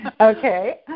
Okay